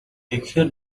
тэгэхээр